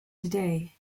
today